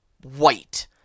white